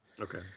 okay